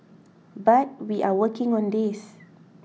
but we are working on this